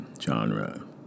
genre